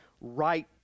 right